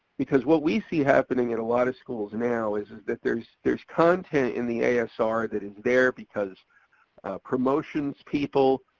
because what we see happening at a lot of schools and now, is is that there's there's content in the asr that is there because promotions people,